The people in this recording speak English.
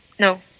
No